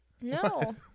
No